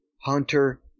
Hunter